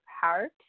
heart